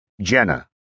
Jenna